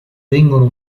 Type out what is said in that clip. vengono